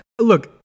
look